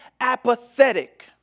apathetic